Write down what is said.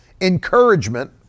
encouragement